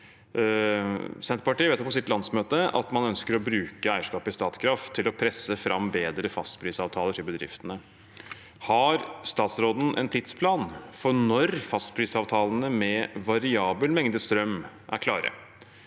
Senterpartiet vedtok på sitt landsmøte at man ønsker å bruke eierskapet i Statkraft til å presse fram bedre fastprisavtaler til bedriftene. Har statsråden en tidsplan for når fastprisavtalene med variabel mengde strøm er klare,